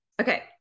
Okay